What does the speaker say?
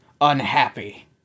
unhappy